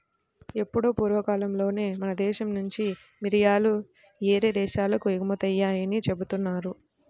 ఎప్పుడో పూర్వకాలంలోనే మన దేశం నుంచి మిరియాలు యేరే దేశాలకు ఎగుమతయ్యాయని జెబుతున్నారు